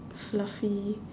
fluffy